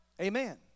Amen